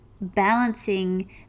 Balancing